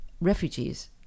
refugees